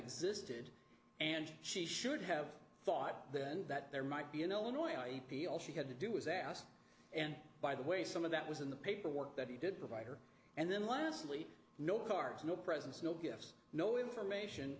existed and she should have thought then that there might be an illinois feel she had to do was asked and by the way some of that was in the paperwork that he did provide her and then lastly no cars no presents no gifts no information